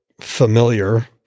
familiar